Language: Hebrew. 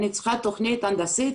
אני צריכה תוכנית הנדסית